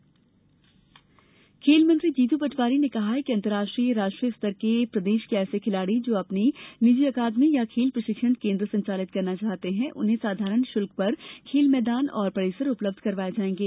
खेल विकास खेल मंत्री जीतू पटवारी ने कहा है कि अंतर्राष्ट्रीय राष्ट्रीय स्तर के प्रदेश के ऐसे खिलाड़ी जो अपनी निजी अकादमी अथवा खेल प्रशिक्षण केन्द्र संचालित करना चाहते हैं उन्हें साधारण शुल्क पर खेल मैदान और परिसर उपलब्ध करवाये जायेंगे